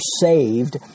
saved